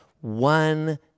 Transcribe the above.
one